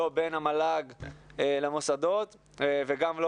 לא בין המועצה להשכלה גבוהה למוסדות וגם לא